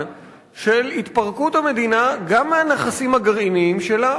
של התפרקות המדינה גם מהנכסים הגרעיניים שלה,